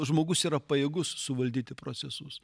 žmogus yra pajėgus suvaldyti procesus